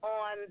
on